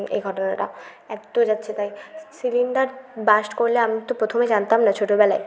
এ ঘটনাটা এক তো যাচ্ছেতাই সি সিলিন্ডার বার্স্ট করলে আমি তো প্রথমে জানতাম না ছোটোবেলায়